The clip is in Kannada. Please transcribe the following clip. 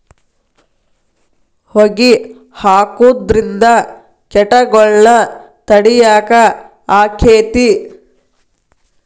ಹೊಗಿ ಹಾಕುದ್ರಿಂದ ಕೇಟಗೊಳ್ನ ತಡಿಯಾಕ ಆಕ್ಕೆತಿ?